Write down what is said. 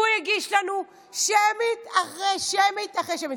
והוא הגיש לנו שמית אחרי שמית אחרי שמית.